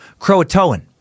Croatoan